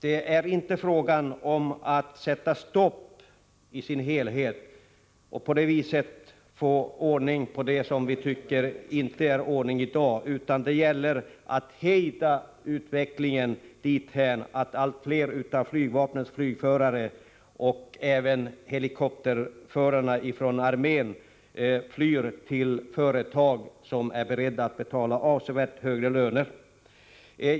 Det är inte fråga om att sätta helt stopp och på det viset få ordning på det här missförhållandet. Det gäller att hejda utvecklingen, så att inte allt fler av flygvapnets flygförare och helikopterförarna från armén flyr till företag som är beredda att betala avsevärt högre löner.